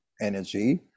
energy